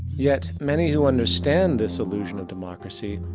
yet many who understand this illusion of democracy,